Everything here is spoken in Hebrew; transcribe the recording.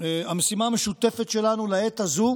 המשימה המשותפת שלנו לעת הזו